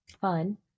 fun